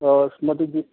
ꯑꯣ ꯃꯗꯨꯗꯤ